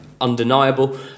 undeniable